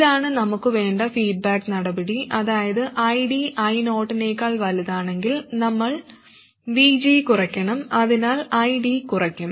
ഇതാണ് നമുക്ക് വേണ്ട ഫീഡ്ബാക്ക് നടപടി അതായത് ID I0 നേക്കാൾ വലുതാണെങ്കിൽ നമ്മൾ VG കുറയ്ക്കണം അതിനാൽ ID കുറയ്ക്കും